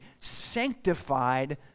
sanctified